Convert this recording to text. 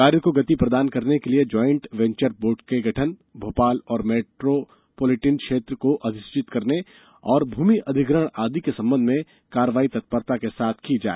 कार्य को गति प्रदान करने के लिए ज्वाइंट वेन्चर बोर्ड के गठन भोपाल और इंदौर मैट्रोपोलिटन क्षेत्र को अधिसूचित करने तथा भूमि अधिग्रहण आदि के संबंध में कार्रवाई तत्परता के साथ की जाए